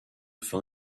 vin